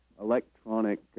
electronic